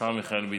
השר מיכאל ביטון.